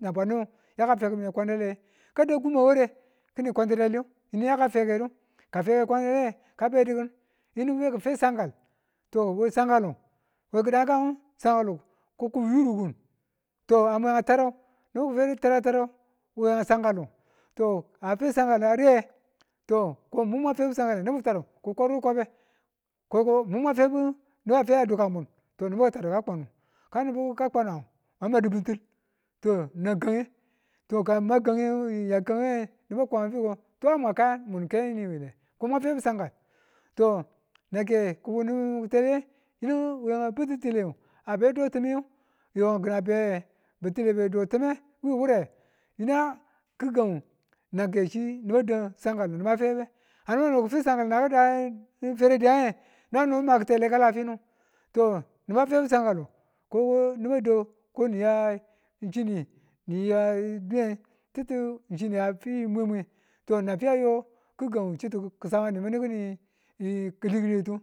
nan bwanu ya ka fekimine kwandale, ka da kumba we ware ki̱ni kwantidaliyu yinu yaka fekedu ka fekewandaleyinu ka bedi kin yinu beki fe sankal. To we sankaliyu, we kidan kan ngu sankalu ko ku yurukun to a mwe a taro to nubu ki̱febu sankale to ka a fe sankal a riye nibu kafe sankale ki̱kwadu kwabe koko mun mwa febu nibu a fe a duka mwa to ni̱bu a tanu ka kwanu ka nubu ka kwanuang, mwama di̱bi̱ntil to nan kange to ka muya kange nibu kwan a fiko a mwa kayan mun ng keni wile ko mwa febu sankal to nanke ki̱wunin ki̱teleye, yinu we a bạti̱tile a be do tim yo kin a be ba̱ti̱lle a be a do time ngu wure yinu nga nake chi niba dau sankallu niba febe kano ni̱bu ki̱ fe sankalu yi̱nang nangku ferediyan nge niba no ma ki̱tele ka fino to nubu a febu sankallu ko chini niya dwiyen ti̱tu chini fi mwemwe to nang fi ayo gi̱gang chi̱tu gi̱ ki̱ni ki̱liki̱liyetu